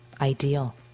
ideal